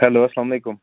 hello السلامُ علیکُم